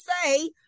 say